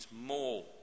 more